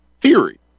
theory